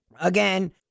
Again